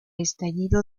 estallido